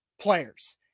players